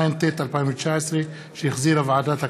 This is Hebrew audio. לפני זה הודעה לסגן מזכירת